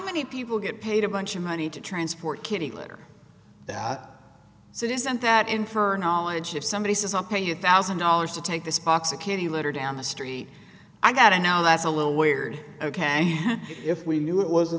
many people get paid a bunch of money to transport kitty litter that citizens that infer knowledge if somebody says i'm paying a thousand dollars to take this box of kitty litter down the street i got a no that's a little weird ok if we knew it was a